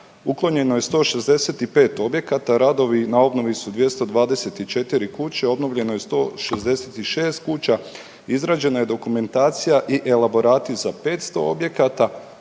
uklonjeno je 165 objekata, radovi na obnovi su 224 kuće, obnovljeno je 166 kuća, izrađena je dokumentacija i elaborati za 500 objekata,